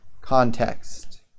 context